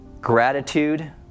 gratitude